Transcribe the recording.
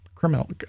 Criminal